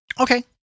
Okay